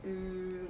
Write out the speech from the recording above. mm